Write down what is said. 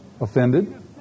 offended